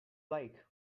like